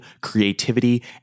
creativity